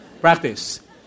Practice